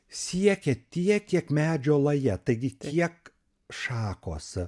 siekia tiek kiek medžio laja taigi tiek šakos